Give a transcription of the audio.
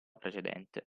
precedente